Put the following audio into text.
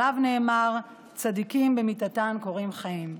עליו נאמר: צדיקים במיתתם קרויים חיים.